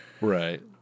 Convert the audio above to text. Right